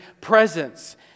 presence